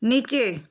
নিচে